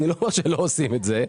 אני לא אומר שלא עושים את זה,